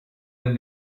wir